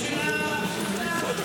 של האוכלוסייה הזאת.